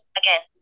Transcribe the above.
again